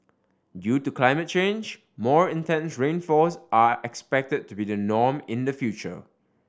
due to climate change more intense rainfalls are expected to be the norm in the future